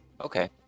Okay